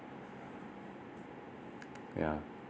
yeah